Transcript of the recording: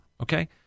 Okay